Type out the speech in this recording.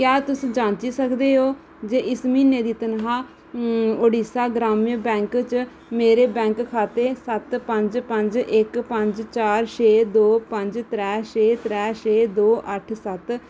क्या तुस जांची सकदे ओ जे इस म्हीने दी तनखाह् उड़ीसा ग्रामीण बैंक च मेरे बैंक खाते सत पंज पंज इक पंज चार छे दो पंज त्रै छे त्रै छे दो अट्ठ सत्त